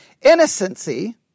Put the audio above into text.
innocency